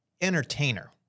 entertainer